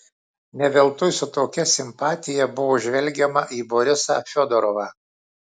ne veltui su tokia simpatija buvo žvelgiama į borisą fiodorovą